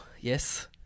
Yes